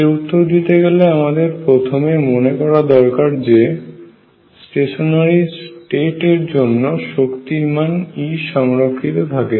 এর উত্তর দিতে গেলে আমাদের প্রথমে মনে করা দরকার যে স্টেশনারি স্টেট এর জন্য শক্তির মান E সংরক্ষিত থাকে